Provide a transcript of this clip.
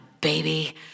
baby